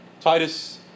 Titus